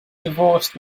divorced